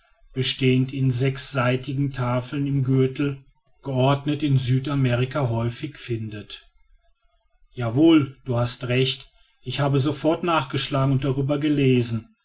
bestehend in sechsseitigen tafeln im gürtel geordnet in südamerika häufig findet ja wohl du hast recht ich habe sofort nachgeschlagen und darüber gelesen